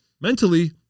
mentally